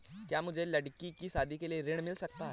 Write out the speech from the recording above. क्या मुझे लडकी की शादी के लिए ऋण मिल सकता है?